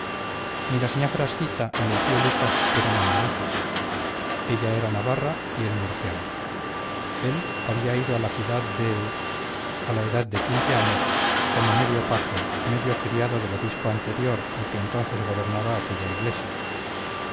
la señá frasquita ni el tío lucas eran andaluces ella era navarra y él murciano él había ido a la ciudad de a la edad de quince años como medio paje medio criado del obispo anterior al que entonces gobernaba aquella iglesia